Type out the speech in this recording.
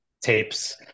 tapes